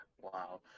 Wow